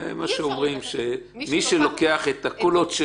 זה מה שאומרים שמי שלוקח את הקולות של